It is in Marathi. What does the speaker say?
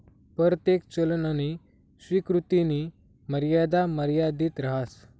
परतेक चलननी स्वीकृतीनी मर्यादा मर्यादित रहास